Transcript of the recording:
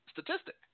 statistic